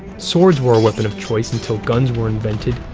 swords were our weapon of choice until guns were invented.